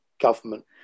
government